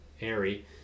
airy